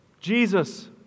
Jesus